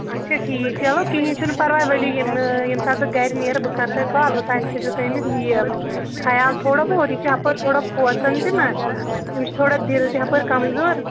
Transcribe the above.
اچھا ٹھیٖک چَلو کِہیٖنۍ چھُنہٕ پَرواے ؤلِو یِمہٕ ییٚمہِ ساتہٕ بہٕ گَرِ نیرٕ بہٕ کَرٕ تۄہہِ کال اوٚتام تھٲیزیو تُہۍ أمِس یہِ خَیال تھوڑا بہت یہِ چھِ ہَپٲرۍ تھوڑا کھوژان تہِ نہ تٔمِس چھُ تھوڑا دِل تہِ ہَپٲرۍ کَمزور